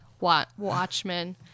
Watchmen